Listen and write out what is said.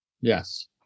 Yes